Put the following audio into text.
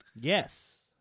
Yes